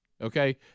Okay